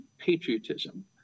patriotism